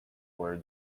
where